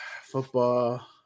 football